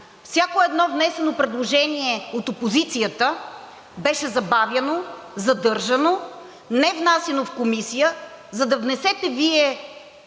Всяко едно внесено предложение от опозицията беше забавяно, задържано, невнасяно в Комисия, за да внесете Вие,